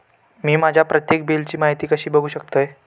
मी माझ्या प्रत्येक बिलची माहिती कशी बघू शकतय?